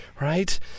right